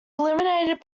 eliminated